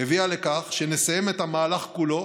הביאה לכך שנסיים את המהלך כולו